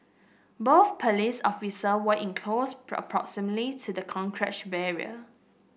both police officer were in close to the barrier